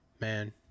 man